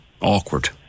awkward